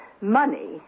Money